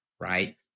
right